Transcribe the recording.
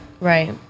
Right